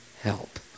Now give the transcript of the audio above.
help